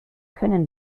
können